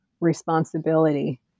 responsibility